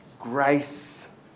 Grace